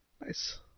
Nice